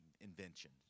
invention